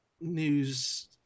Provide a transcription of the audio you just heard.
news